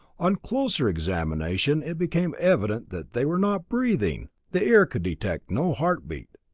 on closer examination it became evident that they were not breathing! the ear could detect no heartbeat.